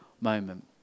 moment